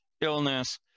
illness